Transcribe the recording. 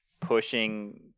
pushing